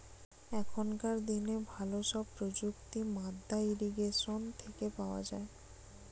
এখনকার দিনের ভালো সব প্রযুক্তি মাদ্দা ইরিগেশন থেকে পাওয়া যায়